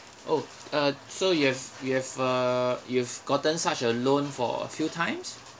oh uh so you have you have uh you've gotten such a loan for a few times